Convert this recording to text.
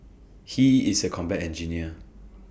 he is A combat engineer